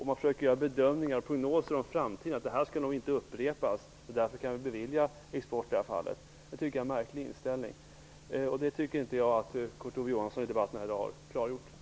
Man försöker göra bedömningar och prognoser inför framtiden och säger att detta nog inte skall upprepas och att vi därför kan bevilja export i detta fall. Det tycker jag är en märklig inställning. Jag tycker inte att Kurt Ove Johansson i debatten i dag har klargjort detta.